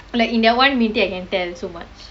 like in their one meeting I can tell so much